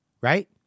right